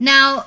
Now